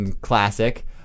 classic